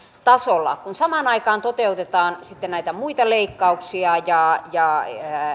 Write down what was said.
tasolla kun samaan aikaan toteutetaan sitten näitä muita leikkauksia ja ja